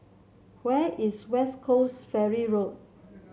where is West Coast Ferry Road